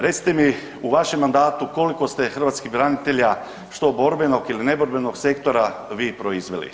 Recite mi, u vašem mandatu, koliko ste hrvatskih branitelja, što borbenog ili neborbenog sektora, vi proizveli?